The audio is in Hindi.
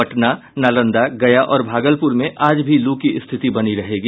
पटना नालंदा गया और भागलपुर में आज भी लू की स्थिति बनी रहेगी